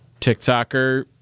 TikToker